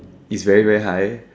it's very very high